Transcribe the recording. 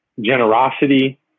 generosity